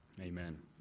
Amen